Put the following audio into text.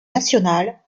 nationale